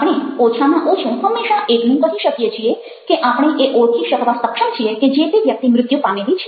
આપણે ઓછામાં ઓછું હંમેશા એટલું કહી શકીએ છીએ કે આપણે એ ઓળખી શકવા સક્ષમ છીએ કે જે તે વ્યક્તિ મૃત્યુ પામેલી છે